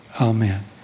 amen